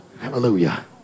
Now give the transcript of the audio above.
hallelujah